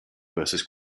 versus